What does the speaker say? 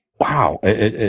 wow